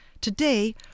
Today